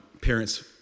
parents